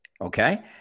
Okay